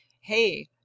Hey